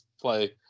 play